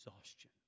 exhaustion